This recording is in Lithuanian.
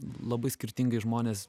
labai skirtingai žmonės